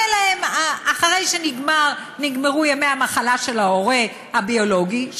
אחרי שנגמרו ימי המחלה של ההורה הביולוגי,